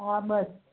હા બસ